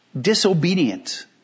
disobedient